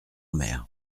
mer